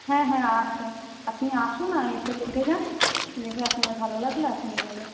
হ্যাঁ হ্যাঁ আছে আপনি আসুন এসে দেখে যান দেখে আপনার ভালো লাগলে আপনি নেবেন